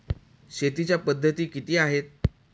शेतीच्या पद्धती किती आहेत?